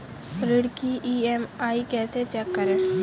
ऋण की ई.एम.आई कैसे चेक करें?